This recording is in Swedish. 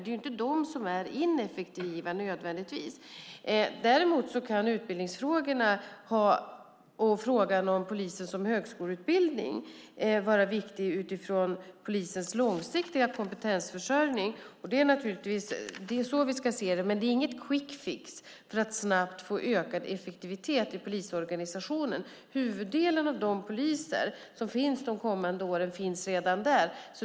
Det är inte nödvändigtvis de som är ineffektiva. Däremot kan utbildningsfrågorna och frågan om polisutbildningen som högskoleutbildning vara viktiga utifrån polisens långsiktiga kompetensförsörjning. Det är så vi ska se det. Men det är ingen quick-fix för att snabbt få ökad effektivitet i polisorganisationen. Huvuddelen av de poliser som finns de kommande åren finns redan där.